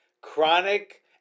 chronic